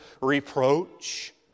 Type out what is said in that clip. reproach